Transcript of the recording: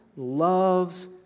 Loves